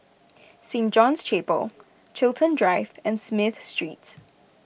Saint John's Chapel Chiltern Drive and Smith Street